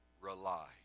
rely